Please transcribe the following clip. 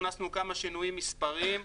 הכנסנו עוד כמה שינויים מספריים =.